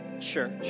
church